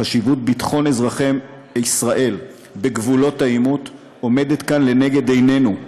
חשיבות ביטחון אזרחי ישראל בגבולות העימות עומדת כאן לנגד עינינו,